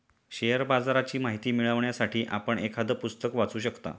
share बाजाराची माहिती मिळवण्यासाठी आपण एखादं पुस्तक वाचू शकता